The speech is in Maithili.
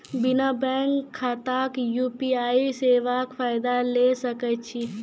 बिना बैंक खाताक यु.पी.आई सेवाक फायदा ले सकै छी?